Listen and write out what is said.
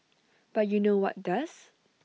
but you know what does